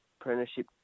apprenticeship